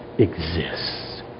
exists